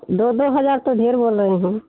दो दो हज़ार तो डेढ़ बोल रहे हम